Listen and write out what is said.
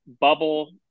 bubble